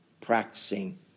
practicing